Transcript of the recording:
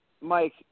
Mike